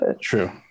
True